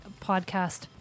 podcast